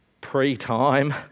pre-time